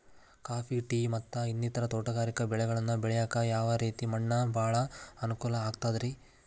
Coffee, tea, ಮತ್ತ ಇನ್ನಿತರ ತೋಟಗಾರಿಕಾ ಬೆಳೆಗಳನ್ನ ಬೆಳೆಯಾಕ ಯಾವ ರೇತಿ ಮಣ್ಣ ಭಾಳ ಅನುಕೂಲ ಆಕ್ತದ್ರಿ?